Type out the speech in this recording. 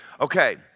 Okay